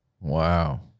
Wow